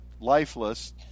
lifeless